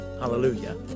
Hallelujah